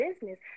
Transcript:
business